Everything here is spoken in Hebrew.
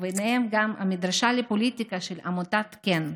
וביניהם גם המדרשה לפוליטיקה של עמותת כ"ן,